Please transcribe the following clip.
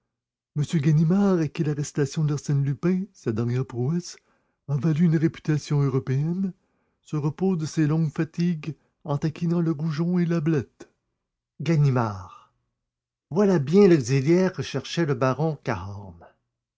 ganimard à qui l'arrestation d'arsène lupin sa dernière prouesse a valu une réputation européenne se repose de ses longues fatigues en taquinant le goujon et l'ablette ganimard voilà bien l'auxiliaire que cherchait le baron cahorn